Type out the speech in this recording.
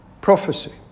prophecy